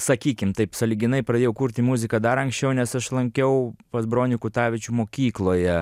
sakykim taip sąlyginai pradėjau kurti muziką dar anksčiau nes aš lankiau pas bronių kutavičių mokykloje